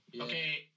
Okay